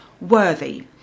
worthy